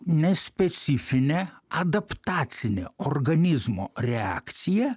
nespecifinė adaptacinė organizmo reakcija